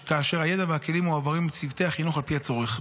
כאשר הידע והכלים מועברים לצוותי החינוך על פי הצורך.